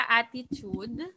attitude